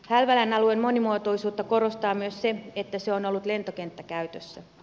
hälvälän alueen monimuotoisuutta korostaa myös se että se on ollut lentokenttäkäytössä